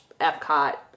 Epcot